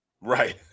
Right